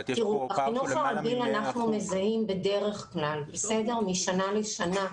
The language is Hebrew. בחינוך הרגיל אנחנו מזהים בדרך כלל, משנה לשנה,